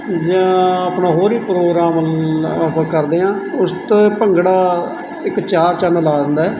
ਜਾਂ ਆਪਣਾ ਹੋਰ ਵੀ ਪ੍ਰੋਗਰਾਮ ਕਰਦੇ ਹਾਂ ਉਸ 'ਤੇ ਭੰਗੜਾ ਇੱਕ ਚਾਰ ਚੰਨ ਲਾ ਦਿੰਦਾ